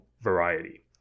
variety